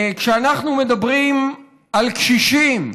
כשאנחנו מדברים על קשישים,